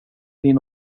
din